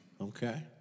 Okay